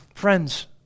friends